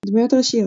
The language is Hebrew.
דמויות ראשיות